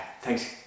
thanks